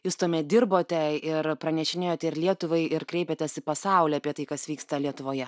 jūs tuomet dirbote ir pranešinėjot lietuvai ir kreipėtės į pasaulį apie tai kas vyksta lietuvoje